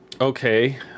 okay